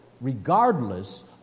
regardless